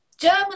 German